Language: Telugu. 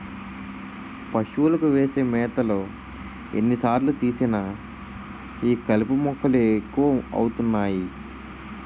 పశువులకు వేసే మేతలో ఎన్ని సార్లు తీసినా ఈ కలుపు మొక్కలు ఎక్కువ అవుతున్నాయి